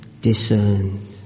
discerned